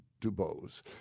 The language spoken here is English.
DuBose